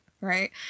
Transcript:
right